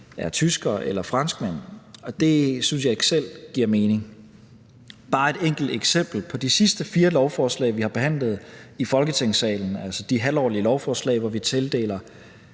er tysker eller franskmand, og det synes jeg ikke selv giver mening. Her er der bare et enkelt eksempel: På de sidste fire lovforslag, vi har behandlet i Folketingssalen, altså de halvårlige lovforslag, hvor vi tildeler